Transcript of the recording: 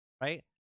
right